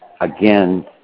again